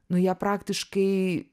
nu ją praktiškai